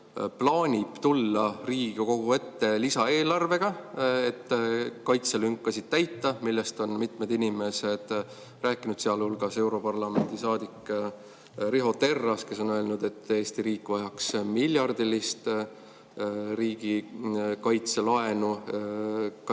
plaanib tulla Riigikogu ette lisaeelarvega, et kaitselünkasid täita? Sellest on mitmed inimesed rääkinud, sealhulgas europarlamendi saadik Riho Terras, kes on öelnud, et Eesti riik vajaks miljardilist laenu riigi kaitselünkade